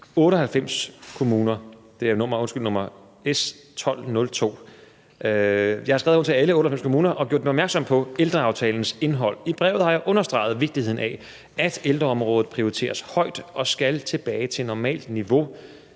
S 1202, har jeg den 12. maj skrevet rundt til alle 98 kommuner og gjort dem opmærksomme på ældreaftalens indhold. I brevet har jeg understreget vigtigheden af, at ældreområdet prioriteres højt og skal tilbage til normalt niveau,